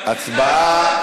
הצבעה,